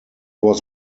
was